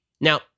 Now